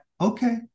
okay